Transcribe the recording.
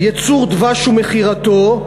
ייצור דבש ומכירתו,